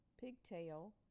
pigtail